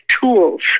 tools